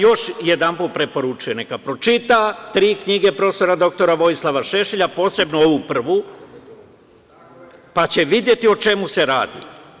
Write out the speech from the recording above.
Još jedan put joj preporučujem neka pročita tri knjige prof. dr Vojislava Šešelja, posebno ovu prvu, pa će videti o čemu se radi.